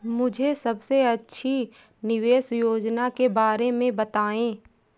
मुझे सबसे अच्छी निवेश योजना के बारे में बताएँ?